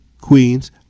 Queens